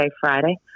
Friday